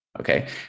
Okay